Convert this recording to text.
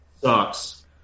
sucks